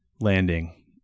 landing